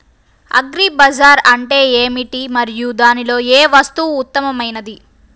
Agri bazaar అంటే ఏమిటి మరియు దానిలో ఏ వస్తువు ఉత్తమమైనది?